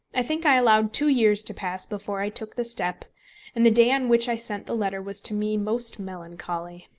i think i allowed two years to pass before i took the step and the day on which i sent the letter was to me most melancholy.